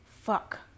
Fuck